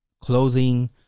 clothing